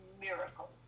miracle